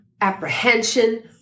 apprehension